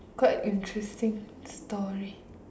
quite interesting story